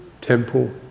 temple